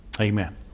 Amen